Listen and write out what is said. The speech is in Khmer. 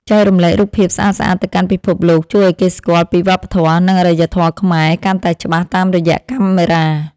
ចែករំលែករូបភាពស្អាតៗទៅកាន់ពិភពលោកជួយឱ្យគេស្គាល់ពីវប្បធម៌ និង អរិយធម៌ខ្មែរកាន់តែច្បាស់តាមរយៈកាមេរ៉ា។